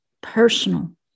personal